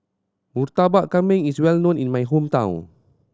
Murtabak Kambing is well known in my hometown